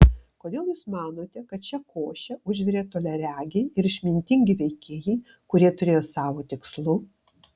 kodėl jūs manote kad šią košę užvirė toliaregiai ir išmintingi veikėjai kurie turėjo savų tikslų